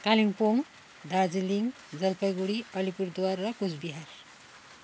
कालिम्पोङ दार्जिलिङ जलपाइगुडी अलिपुरद्वार र कुच बिहार